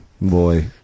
boy